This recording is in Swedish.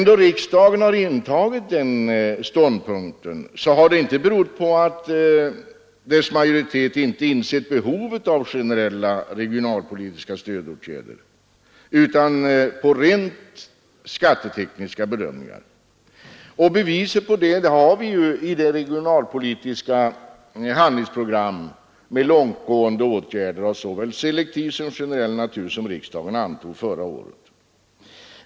Då så skett har det inte berott på att riksdagens majoritet inte insett behovet av generella regionalpolitiska stödåtgärder utan på rent skattetekniska bedömningar. Beviset på det har vi ju i det regionalpolitiska handlingsprogram med långtgående åtgärder av såväl selektiv som generell natur som riksdagen antog förra året.